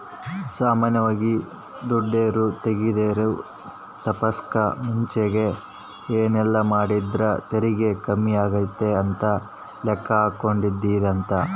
ಸಾಮಾನ್ಯವಾಗಿ ದುಡೆರು ತೆರಿಗೆ ತಪ್ಪಿಸಕ ಮುಂಚೆಗೆ ಏನೆಲ್ಲಾಮಾಡಿದ್ರ ತೆರಿಗೆ ಕಮ್ಮಿಯಾತತೆ ಅಂತ ಲೆಕ್ಕಾಹಾಕೆಂಡಿರ್ತಾರ